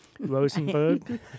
Rosenberg